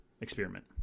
experiment